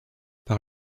par